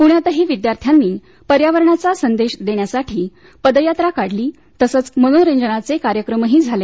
पुण्यातही विद्यार्थ्यांनी पर्यावरणाचा संदेश देण्यासाठी पदयात्रा काढली तसंच मनोरंजनाचे कार्यक्रमही झाले